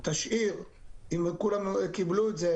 תשאיר אם כולם קיבלו את זה.